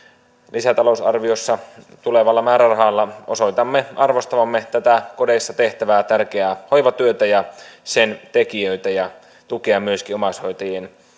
lisätalousarviossa tulevalla määrärahalla osoitamme arvostavamme tätä kodeissa tehtävää tärkeää hoivatyötä ja sen tekijöitä ja tuemme myöskin omaishoitajien